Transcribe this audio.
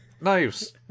Knives